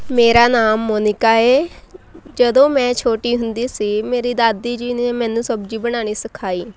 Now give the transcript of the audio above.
ਮੇਰਾ ਨਾਮ ਮੋਨਿਕਾ ਹੈ ਜਦੋਂ ਮੈਂ ਛੋਟੀ ਹੁੰਦੀ ਸੀ ਮੇਰੀ ਦਾਦੀ ਜੀ ਨੇ ਮੈਨੂੰ ਸਬਜ਼ੀ ਬਣਾਉਣੀ ਸਿਖਾਈ